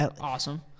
awesome